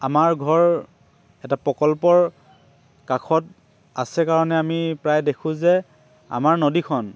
আমাৰ ঘৰ এটা প্ৰকল্পৰ কাষত আছে কাৰণে আমি প্ৰায় দেখোঁ যে আমাৰ নদীখন